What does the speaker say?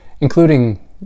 including